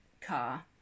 car